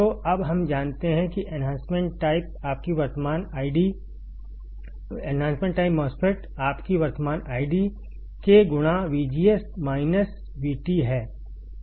तो अब हम जानते हैं कि एन्हांसमेंट टाइप MOSFET आपकी वर्तमान आईडी K गुणा V G S minus V T है